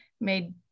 made